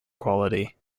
quality